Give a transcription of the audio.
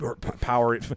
power